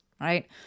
right